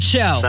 Show